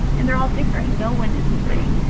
and they're all different. no one is the same.